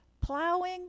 plowing